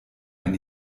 ein